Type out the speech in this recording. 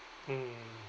mm